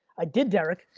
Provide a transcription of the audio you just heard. i did derek,